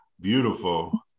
beautiful